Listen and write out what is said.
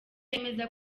yemeza